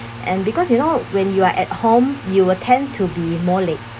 and because you know when you are at home you will tend to be more late